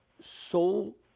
soul